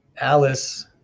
alice